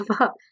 up